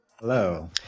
Hello